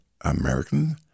American